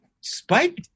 Spike